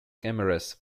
cameras